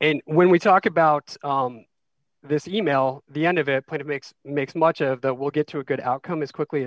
and when we talk about this e mail the end of it kind of makes makes much of that we'll get to a good outcome as quickly as